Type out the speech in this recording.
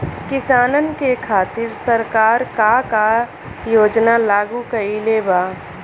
किसानन के खातिर सरकार का का योजना लागू कईले बा?